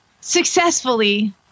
successfully